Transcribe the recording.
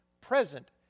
present